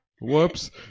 Whoops